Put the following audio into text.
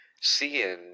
seeing